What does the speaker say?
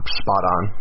spot-on